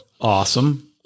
Awesome